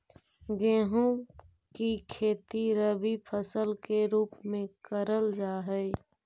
गेहूं की खेती रबी फसल के रूप में करल जा हई